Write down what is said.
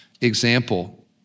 example